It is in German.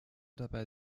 dabei